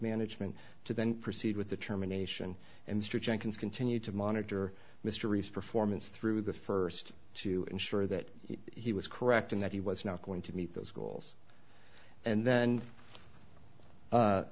management to then proceed with the termination and st jenkins continued to monitor mr rhys performance through the first to ensure that he was correct in that he was not going to meet those goals and then a